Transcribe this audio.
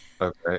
Okay